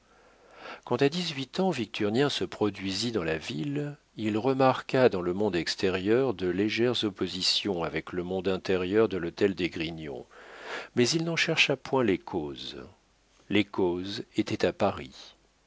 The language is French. à dix-huit ans victurnien se produisit dans la ville il remarqua dans le monde extérieur de légères oppositions avec le monde intérieur de l'hôtel d'esgrignon mais il n'en chercha point les causes les causes étaient à paris